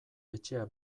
etxea